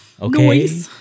Okay